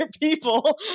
people